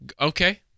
Okay